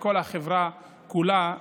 בכל החברה כולה,